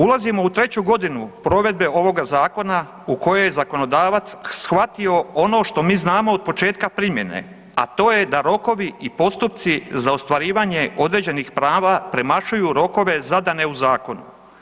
Ulazimo u treću godinu provedbe ovoga zakona u kojoj je zakonodavac shvatio ono što mi znamo od početka primjene, a to je da rokovi i postupci za ostvarivanje određenih prava premašuju rokove zadane u zakonu.